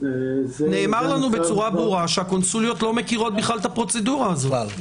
נאמר לנו בצורה ברורה שהקונסוליות לא מכירות את הפרוצדורה הזו.